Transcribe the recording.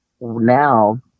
now